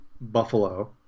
Buffalo